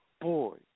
boy